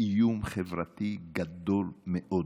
איום חברתי גדול מאוד,